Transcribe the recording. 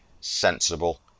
sensible